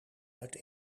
uit